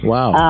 Wow